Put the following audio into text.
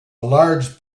large